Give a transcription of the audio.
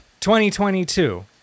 2022